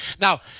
Now